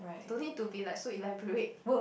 don't need to be like so elaborate